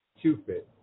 Cupid